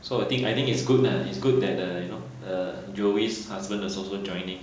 so I think I think it's good lah it's good that uh uh you know joey's husband is also joining